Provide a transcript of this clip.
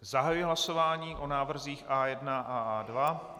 Zahajuji hlasování o návrzích A1 a A2.